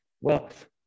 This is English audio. wealth